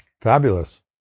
Fabulous